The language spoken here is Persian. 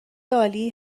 عالی